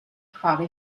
trage